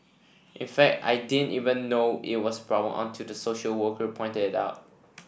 in fact I didn't even know it was a problem until the social worker pointed it out